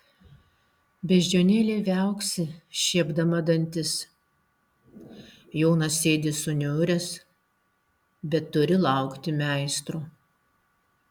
beždžionėlė viauksi šiepdama dantis jonas sėdi suniuręs bet turi laukti meistro